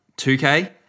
2K